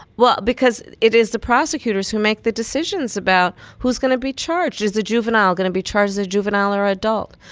well, because it is the prosecutors who make the decisions about who's going to be charged. is the juvenile going to be charged as a juvenile or an adult?